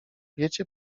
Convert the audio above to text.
wiecie